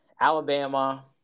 Alabama